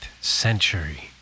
century